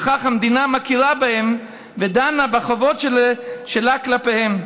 וכך המדינה מכירה בהם ודנה בחובות שלה כלפיהם.